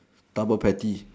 double patty